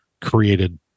created